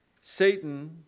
Satan